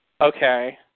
Okay